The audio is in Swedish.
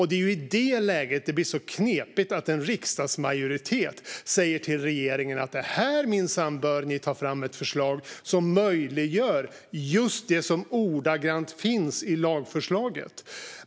Det är i det läget det blir så knepigt att en riksdagsmajoritet säger att regeringen här minsann bör ta fram ett förslag som möjliggör just det som ordagrant finns i lagförslaget.